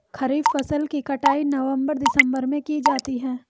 खरीफ फसल की कटाई नवंबर दिसंबर में की जाती है